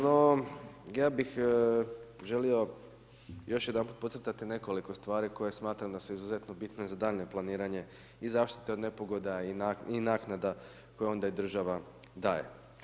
No, ja bih želio još jedanput podcrtati nekoliko stvari koje smatram da su izuzetno bitne za daljnje planiranje i zaštita od nepogoda i naknada koje onda i država daje.